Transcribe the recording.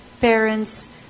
parents